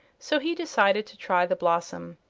so he decided to try the blossom.